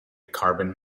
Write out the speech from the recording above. carbon